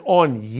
on